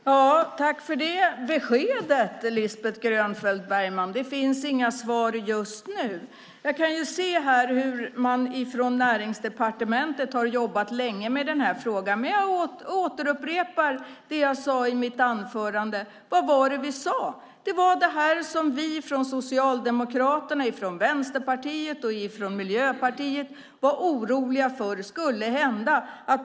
Herr talman! Tack för det beskedet, Lisbeth Grönfeldt Bergman! Det finns alltså inga svar just nu. Jag kan se hur man på Näringsdepartementet har jobbat länge med den här frågan. Jag upprepar vad jag sade i mitt anförande: Vad var det vi sade? Det var det här som vi från Socialdemokraterna, Vänsterpartiet och Miljöpartiet var oroliga för.